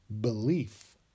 Belief